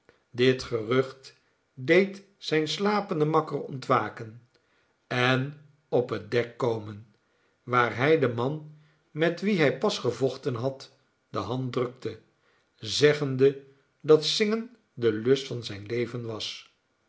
dit gerucht deed zijn slapenden makker ontwaken en op het dek komen waar hij den man met wien hij pas gevochten had de hand drukte zeggende dat zingen de lust van zijn leven was